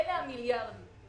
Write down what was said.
אני פותח את ישיבת ועדת הכספים.